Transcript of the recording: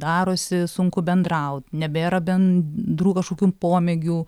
darosi sunku bendraut nebėra bendrų kažkokių pomėgių